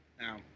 now